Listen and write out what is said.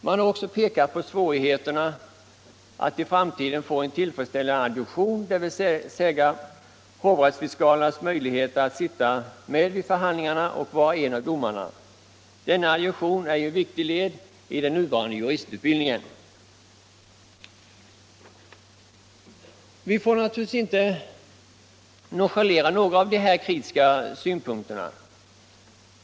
Man har också pekat på svårigheterna att i framtiden få en tillfredsställande adjungering, dvs. att hovrättsfiskalerna sitter med vid förhandlingarna och är domare. Denna adjungering är ett viktigt led i den nuvarande juristutbildningen. Vi får naturligtvis inte nonchalera några av dessa kritiska synpunkter.